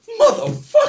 Motherfucker